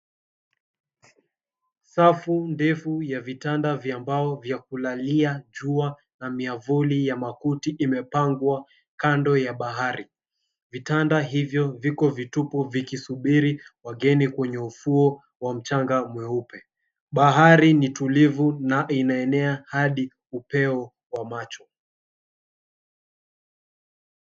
Safu ndefu ya vitanda vya mbao vya kulalia jua na myavuli ya makuti imepangwa kando ya bahari. Vitanda hivyo viko vitupu vikisubiri wageni kwenye ufuo wa mchanga mweupe. Bahari ni tulivu na inaenea hadi upeo wa macho.